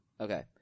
Okay